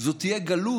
זו תהיה גלות,